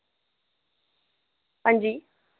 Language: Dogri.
हांजी